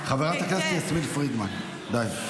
חברת הכנסת יסמין פרידמן, די.